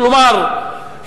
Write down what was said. כלומר,